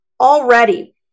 already